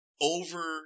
over